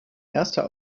erster